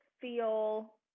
feel